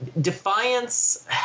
Defiance